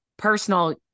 Personal